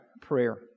prayer